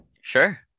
Sure